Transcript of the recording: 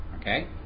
okay